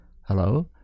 hello